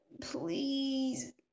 please